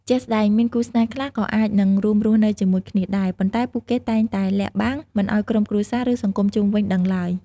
ជាក់ស្តែង មានគូស្នេហ៍ខ្លះក៏អាចនឹងរួមរស់នៅជាមួយគ្នាដែរ ប៉ុន្តែពួកគេតែងតែ លាក់បាំង មិនឱ្យក្រុមគ្រួសារ ឬសង្គមជុំវិញដឹងឡើយ។